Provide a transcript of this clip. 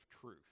truth